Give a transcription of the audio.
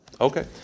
Okay